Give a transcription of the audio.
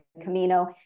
Camino